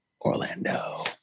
Orlando